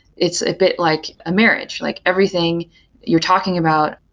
it's a bit like a marriage like everything you're talking about,